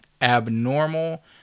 abnormal